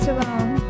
Alone